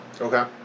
Okay